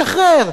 לשחרר,